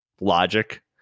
logic